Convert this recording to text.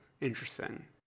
Interesting